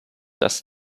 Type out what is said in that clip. dass